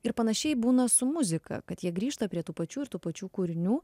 ir panašiai būna su muzika kad jie grįžta prie tų pačių ir tų pačių kūrinių